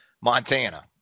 Montana